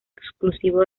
exclusivo